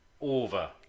over